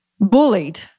bullied